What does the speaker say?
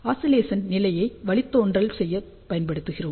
oscillation நிலையை வழித்தோன்றல் செய்ய பயன்படுத்துகிறோம்